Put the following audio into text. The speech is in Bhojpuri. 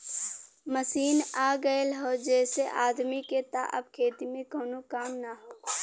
मशीन आ गयल हौ जेसे आदमी के त अब खेती में कउनो काम ना हौ